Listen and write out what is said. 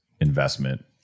investment